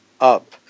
up